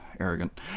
arrogant